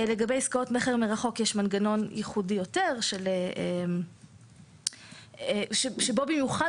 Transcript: לגבי עסקאות מכר מרחוק יש מנגנון ייחודי יותר שבו במיוחד